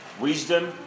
wisdom